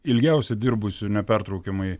ilgiausiai dirbusių nepertraukiamai